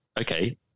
okay